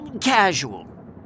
casual